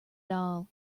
doll